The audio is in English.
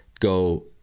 go